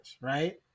right